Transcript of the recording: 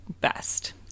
best